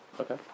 Okay